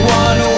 one